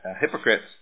hypocrites